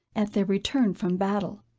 at their return from battle.